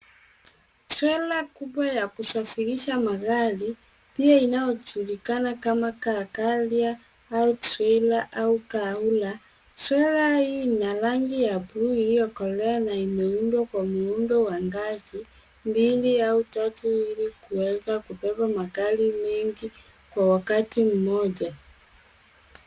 Trela kubwa ya kusafirisha magari, pia inayojulikana kama car carrier au trailer au car hooler . Trailer hii ina rangi ya buluu iliyokolea na imeundwa kwa muundo wa ngazi mbili au tatu ili kuweza kubeba magari mengi kwa wakati mmoja.